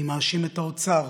אני מאשים את האוצר